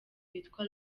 witwa